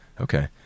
Okay